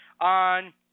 on